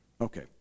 Okay